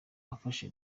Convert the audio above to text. afasha